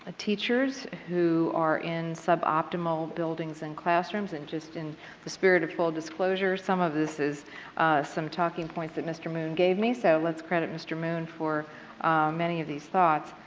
ah teachers who are in suboptimal buildings and classrooms and in the spirit of full disclosure, some of this is some talking points that mr. moon gave me. so let's credit mr. moon for many of these thoughts.